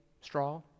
straw